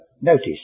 notice